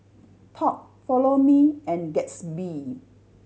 Top Follow Me and Gatsby